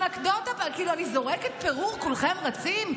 אנקדוטה, כאילו, אני זורקת פירור, כולכם רוצים?